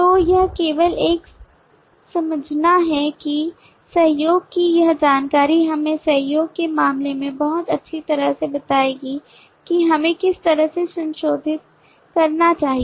तो यह केवल यह समझना है कि सहयोग की यह जानकारी हमें सहयोग के मामले में बहुत अच्छी तरह से बताएगी कि हमें किस तरह से संशोधित करना चाहिए